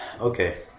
Okay